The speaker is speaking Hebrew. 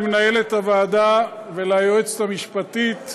למנהלת הוועדה וליועצת המשפטית,